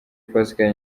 pascal